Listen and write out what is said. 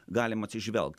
galim atsižvelgt